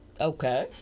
okay